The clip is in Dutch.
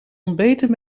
ontbeten